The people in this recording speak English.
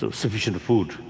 so sufficient food,